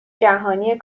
جهانی